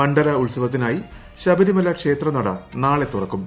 മണ്ഡല ഉത്സവത്തിനായി ശബരിമല ക്ഷേത്ര നട നാളെ തുറക്കും